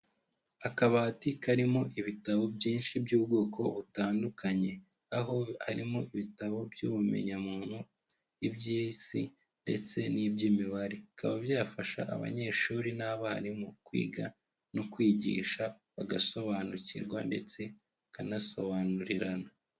Akabati karimo ibitabo byinshi by'ubwoko butandukanye, aho arimo ibitabo by'ubumenya muntu, iby'isi ndetse n'iby'imibare. Bikaba byafasha abanyeshuri n'abarimu kwiga no kwigisha bagasobanukirwa ndetse bakanasobanurirana.